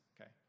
Okay